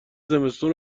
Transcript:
زمستون